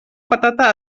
patata